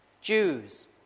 Jews